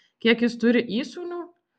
kiek jis turi įsūnių